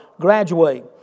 graduate